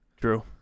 True